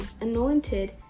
anointed